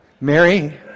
Mary